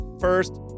first